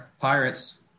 Pirates